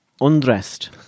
undressed